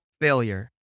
failure